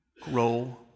grow